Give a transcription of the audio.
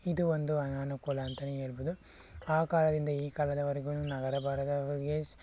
ಇದು ಒಂದು ಅನನುಕೂಲ ಅಂತಾನೇ ಹೇಳ್ಬೋದು ಆ ಕಾಲದಿಂದ ಈ ಕಾಲದವರೆಗೂ ನಗರ ಬಾರದವ್ರಿಗೆ